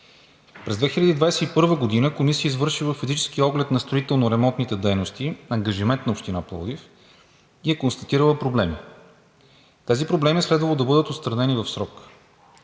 През 2021 г. комисия извърши физически оглед на строително-ремонтните дейности – ангажимент на Община Пловдив, и е констатирала проблеми. Тези проблеми е следвало да бъдат отстранени в срок.